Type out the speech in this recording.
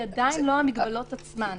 היא עדיין לא המגבלות עצמן.